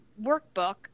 workbook